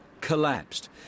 collapsed